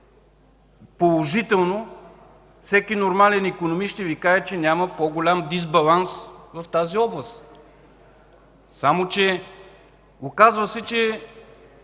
положително, всеки нормален икономист ще Ви каже, че няма по-голям дисбаланс в тази област. Само че се оказва, че